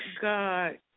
God